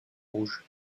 rouge